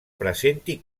presenti